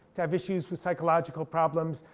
to have issues with psychological problems,